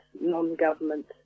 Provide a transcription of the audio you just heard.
non-government